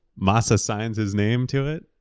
masa signs his name to it.